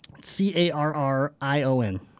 C-A-R-R-I-O-N